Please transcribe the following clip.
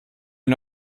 wir